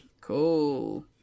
Cool